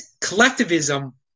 collectivism